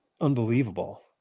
unbelievable